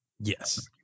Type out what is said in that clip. Yes